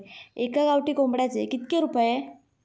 एका गावठी कोंबड्याचे कितके रुपये?